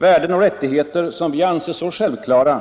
Värden och rättigheter som vi anser så självklara,